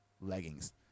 leggings